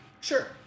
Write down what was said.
Sure